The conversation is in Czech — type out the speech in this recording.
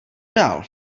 dál